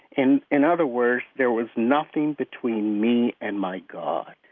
in in other words, there was nothing between me and my god.